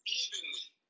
evenly